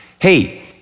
Hey